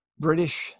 British